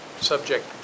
subject